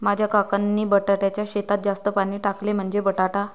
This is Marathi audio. माझ्या काकांनी बटाट्याच्या शेतात जास्त पाणी टाकले, म्हणजे बटाटा